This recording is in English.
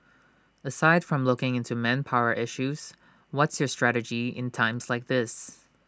aside from looking into manpower issues what's your strategy in times like these